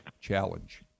challenge